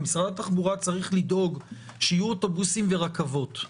משרד התחבורה שיהיו אוטובוסים ורכבות.